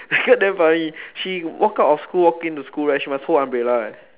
I heard damn funny she walk out of school walk into school right she must hold umbrella leh